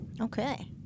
Okay